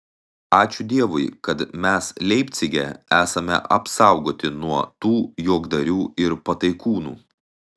ačiū dievui kad mes leipcige esame apsaugoti nuo tų juokdarių ir pataikūnų